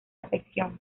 afección